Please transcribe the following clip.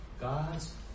God's